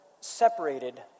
separated